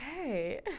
okay